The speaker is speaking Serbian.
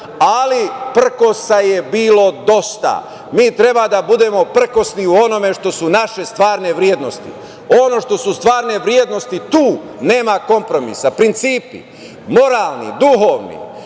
Ali, prkosa je bilo dosta. Mi treba da budemo prkosni u onome što su naše stvarne vrednosti. Ono što su stvarne vrednosti, tu nema kompromisa. Principi, moralni, duhovni,